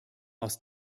aus